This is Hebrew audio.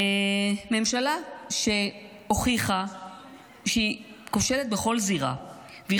ממשלה שהוכיחה שהיא כושלת בכל זירה והיא